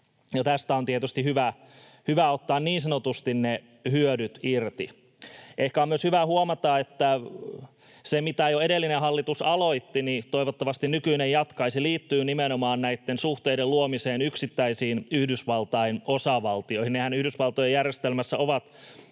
tästä on tietysti hyvä ottaa niin sanotusti ne hyödyt irti. Ehkä on myös hyvä huomata, että sitä, mitä jo edellinen hallitus aloitti, toivottavasti nykyinen jatkaisi, ja se liittyy nimenomaan suhteiden luomiseen yksittäisiin Yhdysvaltain osavaltioihin. Nehän ovat Yhdysvaltojen järjestelmässä